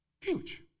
Huge